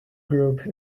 group